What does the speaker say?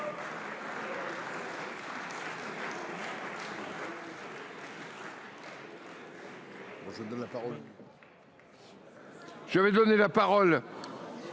je vais donner la parole à